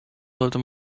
sollte